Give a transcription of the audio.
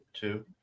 two